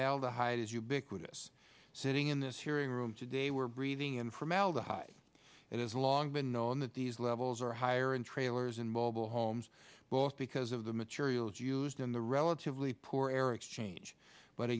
formaldehyde is ubiquitous sitting in this hearing room today we're breathing in formaldehyde it has long been known that these levels are higher in trailers and mobile homes both because of the materials used in the relatively poor air exchange but